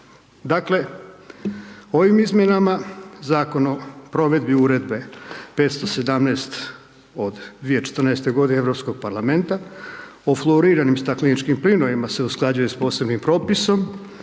Dakle, ovim izmjenama Zakon o provedbi Uredbe 517. od 2014. godine Europskog parlamenta o floriranim stakleničkim plinovima se usklađuje s posebnim propisom,